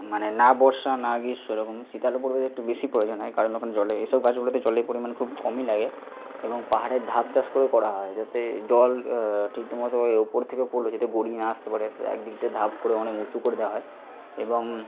মানে না বর্ষা না গ্রীষ্ম এরকম শীতালু পরিবেশ একটু বেশি প্রয়োজন হয় কারণ ওখানে জলে এসব গাছগুলোতে জলের পরিমাণ খুব কমই লাগে এবং পাহাড়ের ধাপ চাষ করেও করা হয় যাতে জল ঠিকমতো ওই ওপর থেকে পড়লেও যাতে গড়িয়ে না আসতে পারে তা এক দিক দিয়ে ধাপ করে অনেক উঁচু করে দেওয়া হয় এবং